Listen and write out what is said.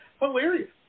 hilarious